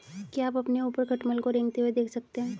क्या आप अपने ऊपर खटमल को रेंगते हुए देख सकते हैं?